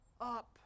up